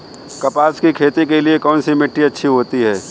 कपास की खेती के लिए कौन सी मिट्टी अच्छी होती है?